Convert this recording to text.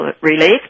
relief